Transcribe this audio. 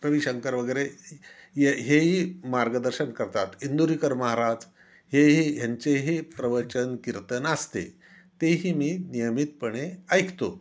रविशंकर वगैरे ये हेही मार्गदर्शन करतात इंदुरीकर महाराज हेही ह्यांचेही प्रवचन कीर्तन असते तेही मी नियमितपणे ऐकतो